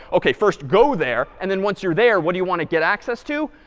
ok, first go there. and then once you're there, what do you want to get access to?